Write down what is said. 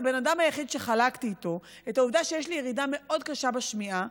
את הבן אדם היחיד שחלקתי איתו את העובדה שיש לי ירידה מאוד קשה בשמיעה,